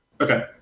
Okay